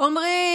אומרים,